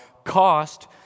cost